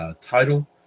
Title